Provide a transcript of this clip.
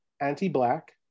anti-black